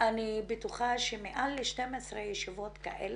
אני בטוחה שהיו מעל ל-12 ישיבות כאלה,